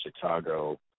Chicago